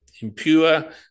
Impure